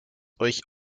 euch